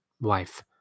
wife